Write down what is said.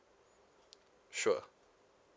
sure